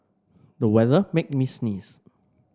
the weather made me sneeze